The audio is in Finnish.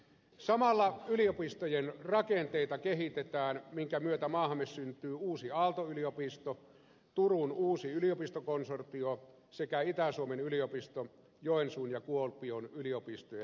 samalla yliopistojen rakenteita kehitetään minkä myötä maahamme syntyy uusi aalto yliopisto turun uusi yliopistokonsortio sekä itä suomen yliopisto joensuun ja kuopion yliopistojen yhdistyessä